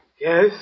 Yes